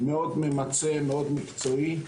ממצה מאוד ומקצועי מאוד.